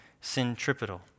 centripetal